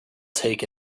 take